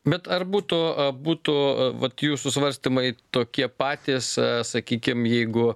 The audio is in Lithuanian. bet ar būtų būtų vat jūsų svarstymai tokie patys sakykim jeigu